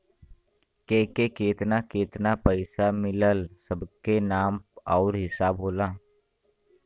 केके केतना केतना पइसा मिलल सब के नाम आउर हिसाब होला